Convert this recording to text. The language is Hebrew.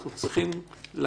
אנחנו צריכים למצוא,